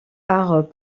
art